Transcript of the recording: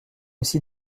ici